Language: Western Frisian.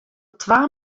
twa